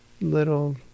little